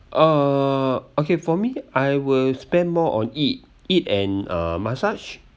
uh okay for me I will spend more on eat eat and uh massage